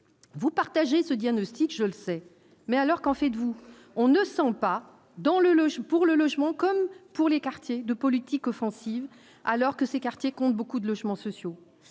vous partagez ce diagnostic, je le sais mais alors, qu'en faites-vous, on ne sent pas dans le le pour le logement, comme pour les quartiers de politique offensive alors que ces quartiers compte beaucoup de logements sociaux